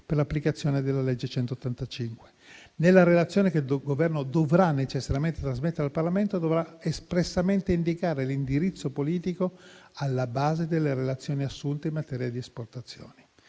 per l'applicazione della legge n. 185. Nella relazione che il Governo dovrà necessariamente trasmettere al Parlamento, dovrà espressamente indicare l'indirizzo politico alla base delle relazioni assunte in materia di esportazioni.